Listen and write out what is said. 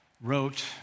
wrote